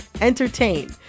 entertain